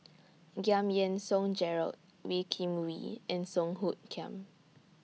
Giam Yean Song Gerald Wee Kim Wee and Song Hoot Kiam